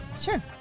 Sure